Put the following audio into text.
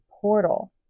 portal